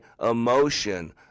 emotion